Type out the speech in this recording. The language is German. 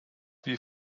wie